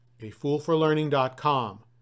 afoolforlearning.com